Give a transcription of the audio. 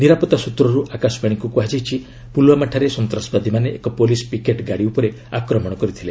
ନିରାପତ୍ତା ସୂତ୍ରରୁ ଆକାଶବାଣୀକୁ କୁହାଯାଇଛି ପୁଲଓ୍ୱାମାଠାରେ ସନ୍ତାସବାଦୀମାନେ ଏକ ପୁଲିସ୍ ପିକେଟ୍ ଗାଡ଼ି ଉପରେ ଆକ୍ରମଣ କରିଥିଲେ